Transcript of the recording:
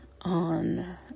on